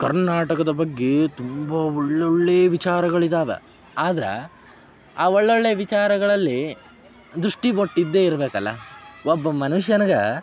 ಕರ್ನಾಟಕದ ಬಗ್ಗೆ ತುಂಬ ಒಳ್ಳೊಳ್ಳೆಯ ವಿಚಾರಗಳಿದ್ದಾವೆ ಆದ್ರೆ ಆ ಒಳ್ಳೊಳ್ಳೆಯ ವಿಚಾರಗಳಲ್ಲಿ ದೃಷ್ಟಿ ಬೊಟ್ಟು ಇದ್ದೇ ಇರ್ಬೇಕಲ್ವ ಒಬ್ಬ ಮನುಷ್ಯನಿಗೆ